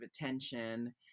attention